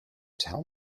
tell